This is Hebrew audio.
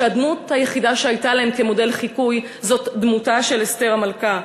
שהדמות היחידה שהייתה להן למודל חיקוי זאת דמותה של אסתר המלכה.